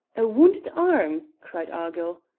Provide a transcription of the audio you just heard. a wounded arm! cried argyll.